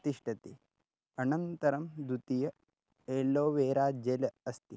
तिष्टति अनन्तरं द्वितीय एलोवेरा जल् अस्ति